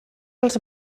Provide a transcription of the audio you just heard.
els